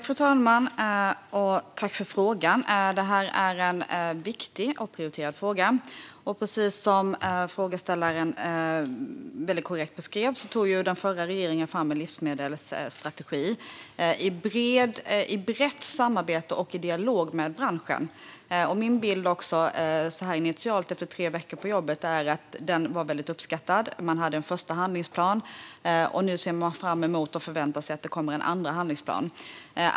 Fru talman! Tack för frågan! Det här är en viktig och prioriterad fråga, och precis som frågeställaren väldigt korrekt beskrev tog den förra regeringen fram en livsmedelsstrategi i brett samarbete och i dialog med branschen. Min bild initialt efter tre veckor på jobbet är att den var väldigt uppskattad. Man hade en första handlingsplan, och nu ser man fram emot och förväntar sig att det kommer en andra handlingsplan.